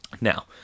Now